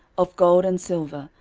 of gold and silver,